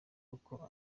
uko